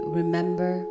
remember